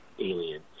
alien